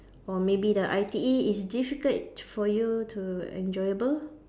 or maybe the I_T_E is difficult for you to enjoyable